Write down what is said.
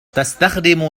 تستخدم